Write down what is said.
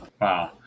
Wow